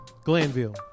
Glanville